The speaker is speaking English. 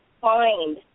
find